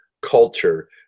culture